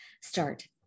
start